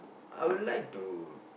I will like to